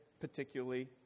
particularly